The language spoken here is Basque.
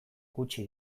gutxi